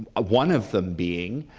ah one of them being